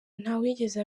ntawigeze